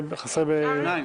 חסרים -- עוד אחד,